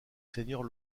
seigneur